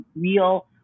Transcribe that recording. real